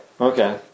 Okay